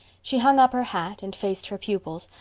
she hung up her hat and faced her pupils,